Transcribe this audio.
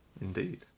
Indeed